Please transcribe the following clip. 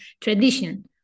tradition